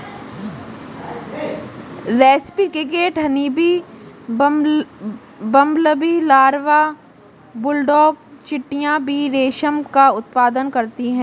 रेस्पी cricket, honeybee, bumblebee larva, bulldog चींटियां भी रेशम का उत्पादन करती हैं